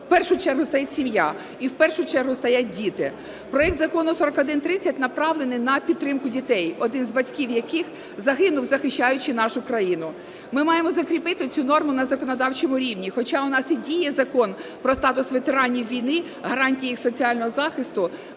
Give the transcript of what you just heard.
в першу чергу стоїть сім'я і в першу чергу стоять діти. Проект Закону 4130 направлений на підтримку дітей, один з батьків яких загинув, захищаючи нашу країну. Ми маємо закріпити цю норму на законодавчому рівні, хоча у нас і діє Закон "Про статус ветеранів війни, гарантії їх соціального захисту",